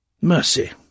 Mercy